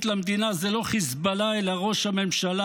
למדינה זה לא חיזבאללה אלא ראש הממשלה,